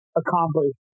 accomplish